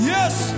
Yes